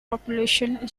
population